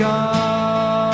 God